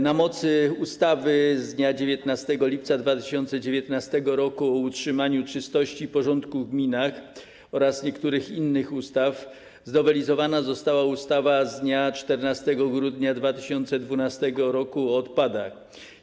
Na mocy ustawy z dnia 19 lipca 2019 r. o utrzymaniu czystości i porządku w gminach oraz niektórych innych ustaw znowelizowana została ustawa z dnia 14 grudnia 2012 r. o odpadach.